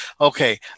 okay